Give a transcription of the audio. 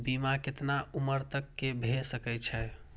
बीमा केतना उम्र तक के भे सके छै?